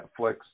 Netflix